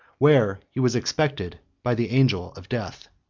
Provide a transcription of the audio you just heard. where he was expected by the angel of death.